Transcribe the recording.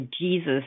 Jesus